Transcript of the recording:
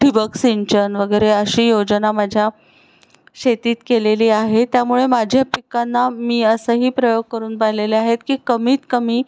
ठिबक सिंचन वगैरे अशी योजना माझ्या शेतीत केलेली आहे त्यामुळे माझ्या पिकांना मी असंही प्रयोग करून पाहिलेले आहेत की कमीतकमी